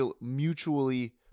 mutually